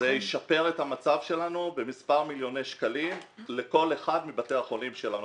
זה ישפר את המצב שלנו במספר מיליוני שקלים לכל אחד מבתי החולים שלנו.